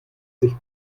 sich